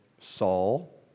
Saul